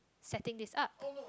setting this up